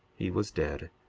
he was dead,